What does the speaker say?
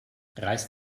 reiß